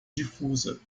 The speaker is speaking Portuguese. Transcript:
difusa